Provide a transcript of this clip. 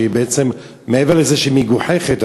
שבעצם מעבר לזה שהיא מגוחכת,